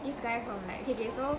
this guy from like okay okay so